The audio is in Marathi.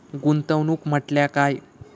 गुंतवणूक म्हटल्या काय?